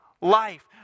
life